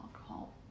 alcohol